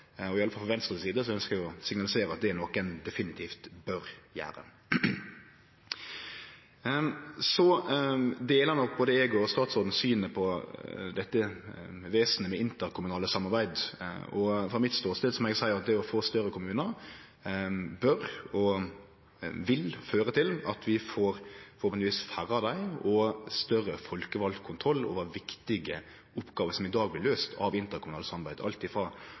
og iallfall frå Venstre si side ønskjer vi å signalisere at det er noko ein definitivt bør gjere. Så deler nok eg statsråden sitt syn på dette vesenet med interkommunalt samarbeid. Frå min ståstad må eg seie at det å få større kommunar bør og vil føre til at vi får færre av dei, og at ein får større folkevald kontroll over viktige oppgåver som i dag blir løyste gjennom interkommunalt samarbeid, alt